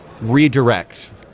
redirect